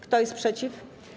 Kto jest przeciw?